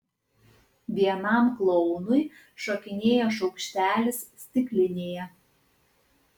vienam klounui šokinėjo šaukštelis stiklinėje